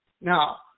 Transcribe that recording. Now